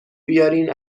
بیارین